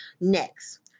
Next